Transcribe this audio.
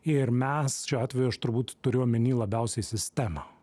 ir mes šiuo atveju aš turbūt turiu omeny labiausiai sistemą